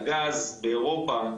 הגז באירופה,